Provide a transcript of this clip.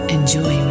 Enjoy